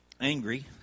angry